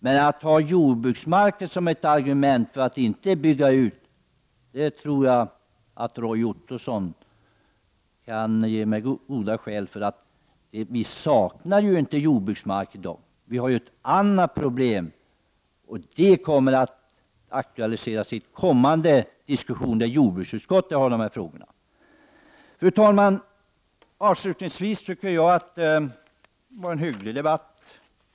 Men jag tror att Roy Ottosson inser att det inte är hållbart att använda jordbruksmarken som ett argument mot att bygga ut. Vi saknar ju inte jordbruksmark i dag. Vi har ett annat problem som kommer att aktualiseras under kommande diskussion då jordbruksutskottet behandlar dessa frågor. Fru talman! Avslutningsvis tycker jag att det har varit en hygglig debatt.